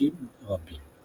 בחודשים רבים.